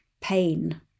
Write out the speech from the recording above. pain